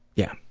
yeah,